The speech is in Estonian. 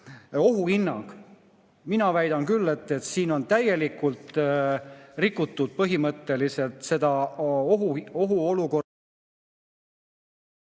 ohuhinnang? Mina väidan küll, et siin on täielikult rikutud põhimõtteliselt seda ohuolukorra